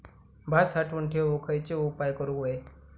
भात साठवून ठेवूक खयचे उपाय करूक व्हये?